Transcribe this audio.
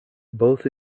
both